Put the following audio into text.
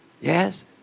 Yes